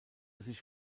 sich